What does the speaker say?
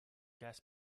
guest